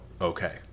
okay